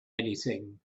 anything